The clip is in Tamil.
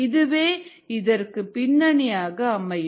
இதுவே இதற்கு பின்னணியாக அமையும்